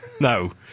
no